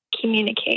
communicate